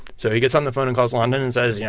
so he gets on the phone and calls london and says, you